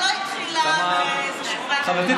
ההיסטוריה לא התחילה עם, רגע, אני באמצע.